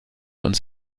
uns